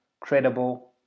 credible